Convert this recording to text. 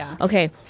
Okay